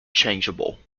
changeable